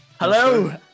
Hello